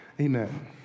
Amen